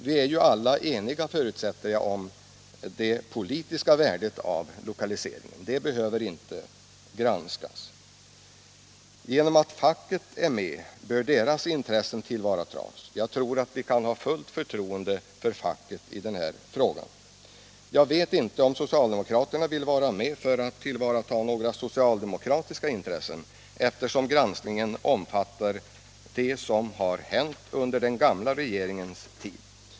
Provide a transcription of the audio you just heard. Vi är eniga — förutsätter jag — om det politiska värdet av 1okaliseringen, det behöver inte granskas. Genom att fackfolket är med bör deras intressen därmed tillvaratas. Vi kan ha fullt förtroende för dem i den här frågan. Jag vet inte om socialdemokraterna vill vara med för att tillvarata några socialdemokratiska intressen, eftersom granskningen omfattar det som har hänt under den gamla regeringens tid.